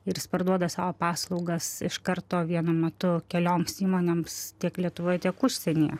ir jis parduoda savo paslaugas iš karto vienu metu kelioms įmonėms tiek lietuvoj tiek užsienyje